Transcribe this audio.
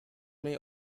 may